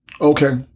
Okay